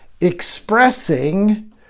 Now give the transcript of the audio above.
expressing